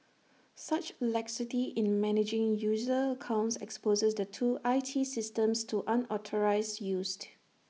such laxity in managing user accounts exposes the two I T systems to unauthorised used